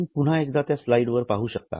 आपण पुन्हा एकदा त्या स्लाइड्स पाहू शकता